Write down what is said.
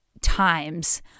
times